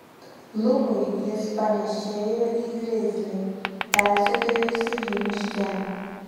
lukui jis panėšėjo į grizlį persekiojusį jį miške